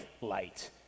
light